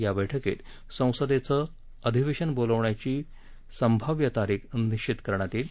या बैठकीत संसदेचं अधिवेशनाची बोलवण्याची सभव्य तारीख निश्वित करण्यात येईल